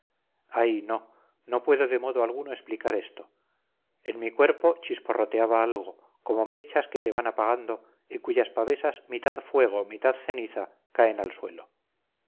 ay no no puedo de modo alguno explicar esto en mi cuerpo chisporroteaba algo como mechas que se van apagando y cuyas pavesas mitad fuego mitad ceniza caen al suelo